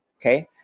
okay